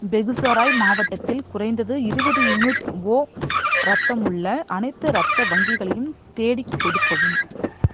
பெகுசாராய் மாவட்டத்தில் குறைந்தது இருபது யூனிட் ஓ இரத்தம் உள்ள அனைத்து இரத்த வங்கிகளையும் தேடிக் கொடுக்கவும்